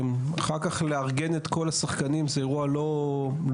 אח"כ לאגן את כל השחקנים זה אירוע לא מורכב.